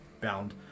bound